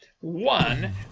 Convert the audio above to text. one